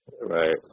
Right